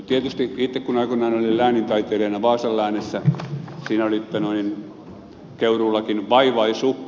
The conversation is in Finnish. tietysti itse kun aikoinaan olin läänintaiteilijana vaasan läänissä oli keuruullakin vaivaisukko